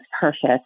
perfect